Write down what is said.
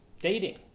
dating